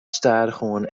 stadichoan